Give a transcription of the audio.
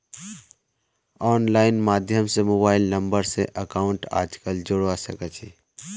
online माध्यम स mobile number स अकाउंटक आजकल जोडवा सके छी